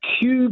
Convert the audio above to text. cube